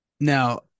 Now